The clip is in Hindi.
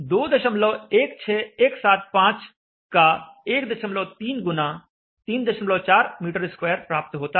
216175 का 13 गुना 34 मीटर स्क्वायर प्राप्त होता है